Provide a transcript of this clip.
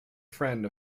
friend